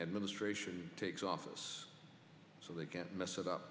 administration takes office so they can't mess it up